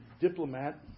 diplomat